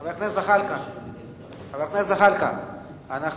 חבר הכנסת זחאלקה, אנחנו